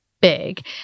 big